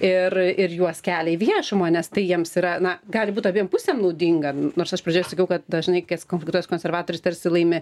ir ir juos kelia į viešumą nes tai jiems yra na gali būti abiem pusėm naudinga nors aš pradžioje sakiau kad dažnai kas konfliktuoja su konservatoriais tarsi laimi